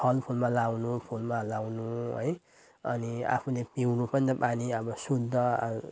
फलफुलमा लगाउनु फुलमा लगाउनु है अनि आफूले पिउनु पनि त पानी अब शुद्ध